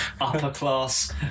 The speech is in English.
upper-class